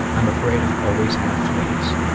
i'm afraid i'll always have fleas.